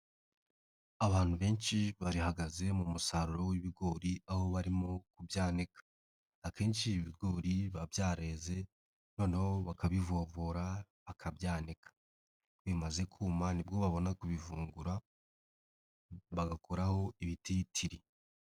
Abantu benshi bahagaze mu musaruro w'ibigori aho barimo kubyanika, akenshi ibi ibigori biba byareze, noneho bakabivovora bakabyaka, bimaze kuma ni bwo babona kubivungura, bagakuraho ibitiritiri.